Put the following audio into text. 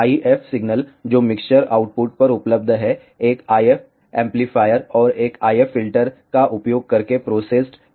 IF signal जो mixer output पर उपलब्ध है एक IF एम्पलीफायर और एक IF फिल्टर का उपयोग करके प्रोसेस्ड किया जाता है